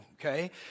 okay